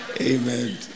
amen